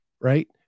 Right